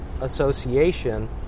association